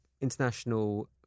international